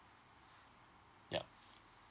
yup